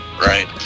right